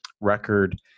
record